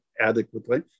adequately